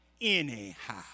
Anyhow